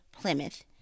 Plymouth